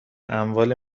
اموال